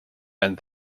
and